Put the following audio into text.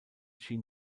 schien